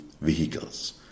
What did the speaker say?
vehicles